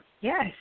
Yes